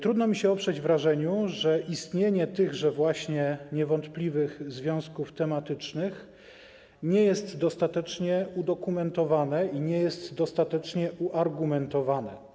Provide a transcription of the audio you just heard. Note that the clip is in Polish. Trudno mi się oprzeć wrażeniu, że istnienie tychże właśnie niewątpliwych związków tematycznych nie jest dostatecznie udokumentowane i nie jest dostatecznie uargumentowane.